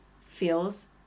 feels